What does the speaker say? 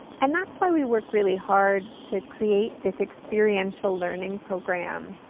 and that's why we work really hard to create this experiential learning program,